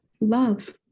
love